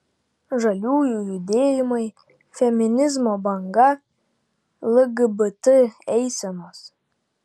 žaliųjų judėjimai feminizmo banga lgbt eisenos